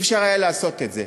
לא היה אפשר לעשות את זה.